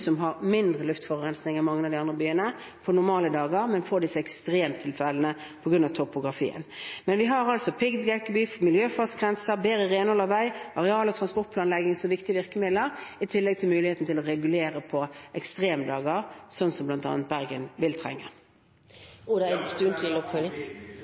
som har mindre luftforurensning enn mange av de andre byene på normale dager, men de får disse ekstreme tilfellene på grunn av topografien. Vi har piggdekkavgift, miljøfartsgrenser, bedre renhold av vei, areal- og transportplanlegging som viktige virkemidler, i tillegg til muligheten til å regulere på ekstreme dager, slik som bl.a. Bergen vil